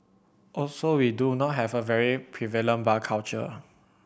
also we do not have a very prevalent bar culture